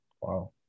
Wow